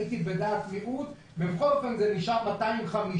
הייתי בדעת מיעוט ובכל אופן זה נשאר 250,